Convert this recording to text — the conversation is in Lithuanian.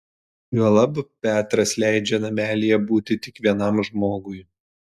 juolab petras leidžia namelyje būti tik vienam žmogui